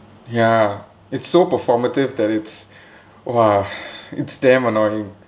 ya it's so performative that it's !wah! it's damn annoying